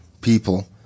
people